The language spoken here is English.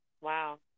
Wow